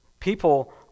People